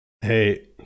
Hey